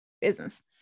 business